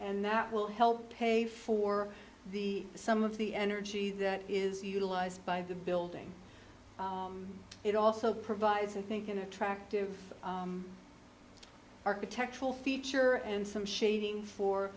and that will help pay for the some of the energy that is utilized by the building it also provides i think an attractive architectural feature and some shading for